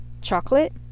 chocolate